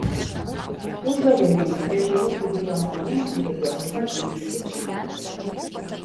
užgavėnėms prie žaliūkių vėjo malūno diriguos ypatingi svečiai